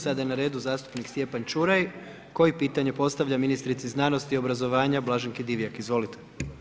Sada je na radu zastupnik Stjepan Čuraj koji pitanje postavlja ministrici znanosti i obrazovanja Blaženki Divjak, izvolite.